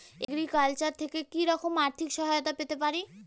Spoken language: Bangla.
এগ্রিকালচার থেকে কি রকম আর্থিক সহায়তা পেতে পারি?